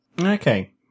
Okay